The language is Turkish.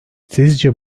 sizce